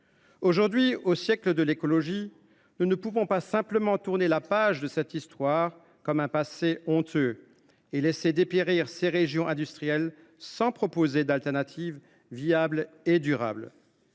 la France. Au siècle de l’écologie, nous ne pouvons pas simplement tourner la page de cette histoire comme celle d’un passé honteux et laisser dépérir ces régions industrielles sans proposer d’option de substitution viable et durable.